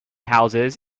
houses